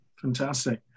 fantastic